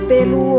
Pelo